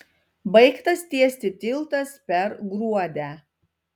baigtas tiesti tiltas per gruodę